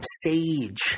sage